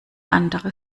andere